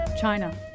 China